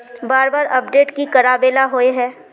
बार बार अपडेट की कराबेला होय है?